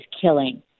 killing